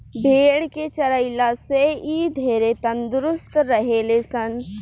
भेड़ के चरइला से इ ढेरे तंदुरुस्त रहे ले सन